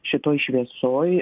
šitoj šviesoj